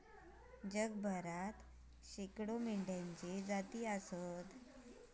जगभरात शेकडो मेंढ्यांच्ये जाती आसत